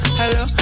hello